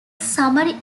summary